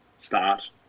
start